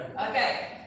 Okay